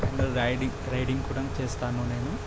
and riding riding కూడా చేస్తాను నేను